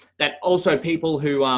that also people who,